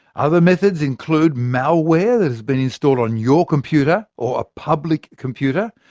other methods include malware that has been installed on your computer or a public computer,